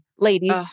ladies